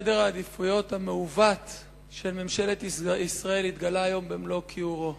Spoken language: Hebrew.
סדר העדיפויות המעוות של ממשלת ישראל התגלה היום במלוא כיעורו.